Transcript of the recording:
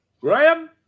Graham